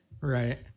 Right